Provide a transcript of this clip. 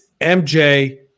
MJ